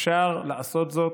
אפשר לעשות זאת.